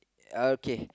okay